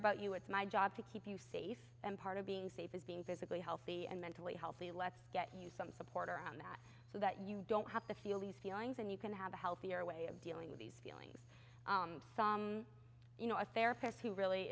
about you it's my job to keep you safe and part of being safe is being physically healthy and mentally healthy let's get you some support around that so that you don't have to feel these feelings and you can have a healthier way of dealing with these some you know a therapist who really